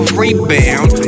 rebound